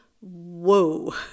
whoa